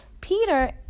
Peter